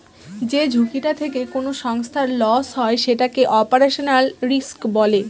যে ঝুঁকিটা থেকে কোনো সংস্থার লস হয় সেটাকে অপারেশনাল রিস্ক বলে